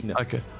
okay